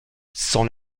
son